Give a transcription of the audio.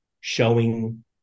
showing